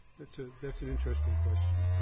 that's ah that's an interesting question.